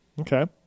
okay